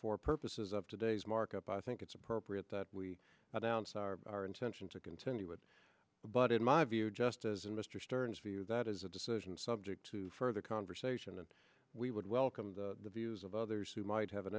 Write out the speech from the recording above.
for purposes of today's markup i think it's appropriate that we announce our intention to continue it but in my view just as in mr stern's view that is a decision subject to further conversation and we would welcome the views of others who might have an